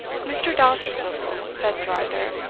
mr. dousterswivel, said sir arthur,